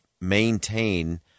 maintain